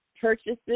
purchases